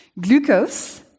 Glucose